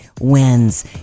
wins